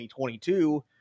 2022